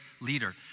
leader